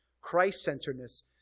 Christ-centeredness